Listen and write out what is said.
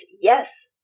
Yes